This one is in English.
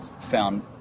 found